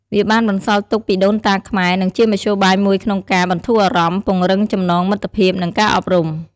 វាបានបន្សល់ទុកពីដូនតាខ្មែរ និងជាមធ្យោបាយមួយក្នុងការបន្ធូរអារម្មណ៍ ពង្រឹងចំណងមិត្តភាព និងការអប់រំ។